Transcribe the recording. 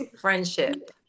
Friendship